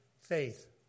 faith